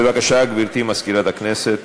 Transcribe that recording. בבקשה, גברתי מזכירת הכנסת.